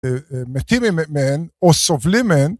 מתים מהן או סובלים מהן